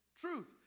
truth